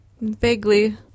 Vaguely